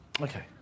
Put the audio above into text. Okay